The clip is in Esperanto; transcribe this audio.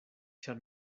ĉar